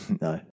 No